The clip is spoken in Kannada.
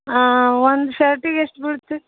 ಒಂದು ಶರ್ಟಿಗೆ ಎಷ್ಟು ಬೀಳುತ್ತೆ